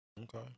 Okay